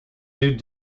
sued